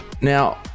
Now